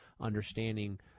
understanding